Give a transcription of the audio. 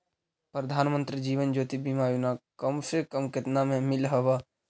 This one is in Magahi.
प्रधानमंत्री जीवन ज्योति बीमा योजना कम से कम केतना में मिल हव